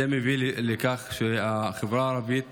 זה מביא לכך שהחברה הערבית